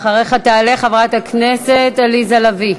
אחריך תעלה חברת הכנסת עליזה לביא.